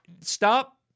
stop